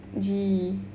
gee